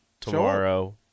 tomorrow